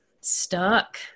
stuck